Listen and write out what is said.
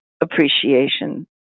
appreciation